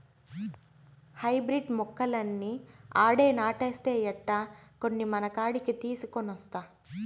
hybrid మొక్కలన్నీ ఆడే నాటేస్తే ఎట్టా, కొన్ని మనకాడికి తీసికొనొస్తా